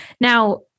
Now